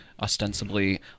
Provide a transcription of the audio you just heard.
ostensibly